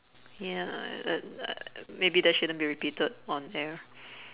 ya uh maybe that shouldn't be repeated on air